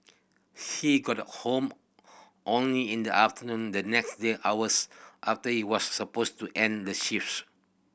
he got home only in the afternoon the next day hours after he was supposed to end the shifts